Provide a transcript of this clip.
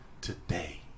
today